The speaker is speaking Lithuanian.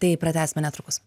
tai pratęsime netrukus